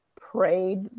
prayed